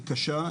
היא קשה,